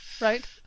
right